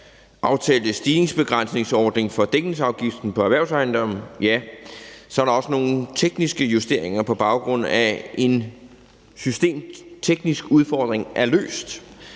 aftalte stigningsbegrænsningsordning for dækningsafgiften på erhvervsejendomme, så er der også nogle tekniske justeringer, på baggrund af at en systemteknisk udfordring er løst.